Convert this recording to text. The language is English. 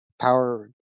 power